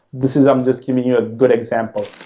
this is i'm just giving you a good example.